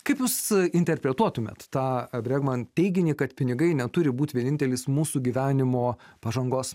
kaip jūs interpretuotumėt tą bregman teiginį kad pinigai neturi būt vienintelis mūsų gyvenimo pažangos